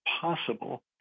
possible